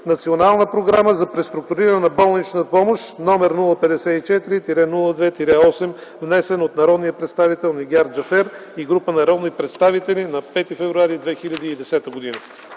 Национална програма за преструктуриране на болничната помощ № 054-02-8, внесен от народния представител Нигяр Джафер и група народни представители на 5 февруари 2010 г.”